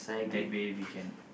that way we can